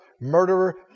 Murderer